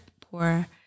poor